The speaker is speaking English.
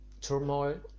turmoil